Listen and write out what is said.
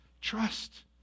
Trust